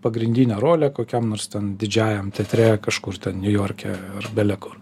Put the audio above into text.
pagrindinę rolę kokiam nors ten didžiajam teatre kažkur niujorke ar bele kur